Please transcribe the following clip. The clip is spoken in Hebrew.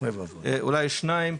אולי שניים,